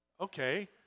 Okay